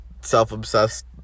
self-obsessed